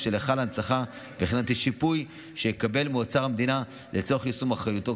של היכל ההנצחה וכן את השיפוי שיקבל מאוצר המדינה לצורך יישום אחריותו,